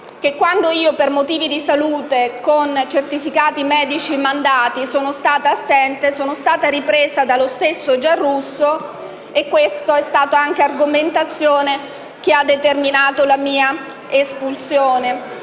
che quando io, per motivi di salute, pur avendo inviato certificati medici, sono stata assente sono stata ripresa dallo stesso Giarrusso e questa è stata anche un'argomentazione che ha determinato la mia espulsione.